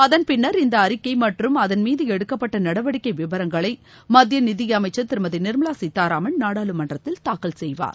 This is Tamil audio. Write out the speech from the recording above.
அதன்பின்னர் இந்த அறிக்கை மற்றும் அதன் மீது எடுக்கப்பட்ட நடவடிக்கை விவரங்களை மத்திய நிதி அமைச்சர் திருமதி நிர்மலா சீதாராமன் நாடாளுமன்றத்தில் தாக்கல் செய்வார்